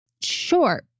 Sure